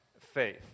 faith